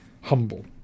humble